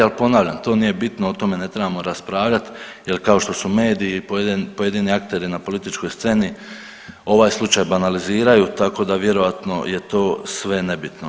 Ali ponavljam, to nije bitno o tome ne trebamo raspravljat jer kao što su mediji i pojedini akteri na političkoj sceni ovaj slučaj banaliziraju tako da vjerojatno je to sve nebitno.